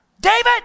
David